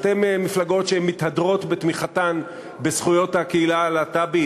שתי מפלגות שמתהדרות בתמיכתן בזכויות הקהילה הלהט"בית,